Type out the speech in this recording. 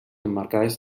emmarcades